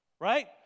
right